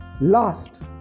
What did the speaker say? Last